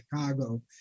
Chicago